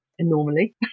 normally